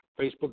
Facebook